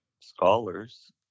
scholars